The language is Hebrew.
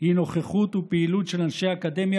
היא נוכחות ופעילות של אנשי אקדמיה